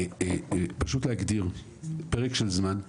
פשוט להגדיר פרק של זמן,